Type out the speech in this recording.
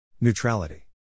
Neutrality